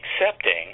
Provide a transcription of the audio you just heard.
accepting